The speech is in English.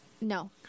No